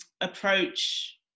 approach